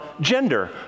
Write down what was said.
gender